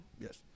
yes